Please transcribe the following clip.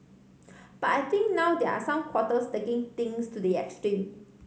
but I think now there are some quarters taking things to the extreme